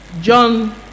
John